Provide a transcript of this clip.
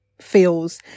Feels